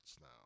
now